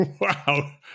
wow